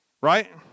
Right